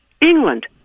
England